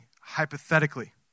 hypothetically